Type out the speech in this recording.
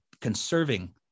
conserving